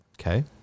Okay